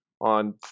on